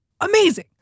amazing